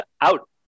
out